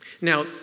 Now